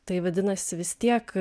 tai vadinasi vis tiek